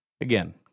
again